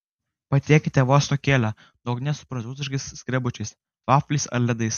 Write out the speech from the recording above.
patiekite vos nukėlę nuo ugnies su prancūziškais skrebučiais vafliais ar ledais